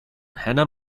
hannah